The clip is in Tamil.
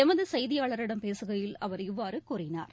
எமது செய்தியாளரிடம் பேசுகையில் அவர் இவ்வாறு கூறினார்